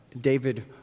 David